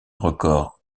record